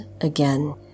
again